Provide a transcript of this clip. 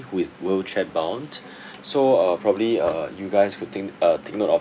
who is wheelchair bound so uh probably uh you guys would think uh take note of